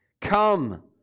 come